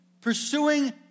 pursuing